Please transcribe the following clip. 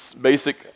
basic